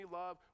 love